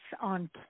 on